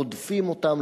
רודפים אותם,